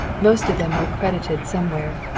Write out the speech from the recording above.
most of them were accredited somewhere.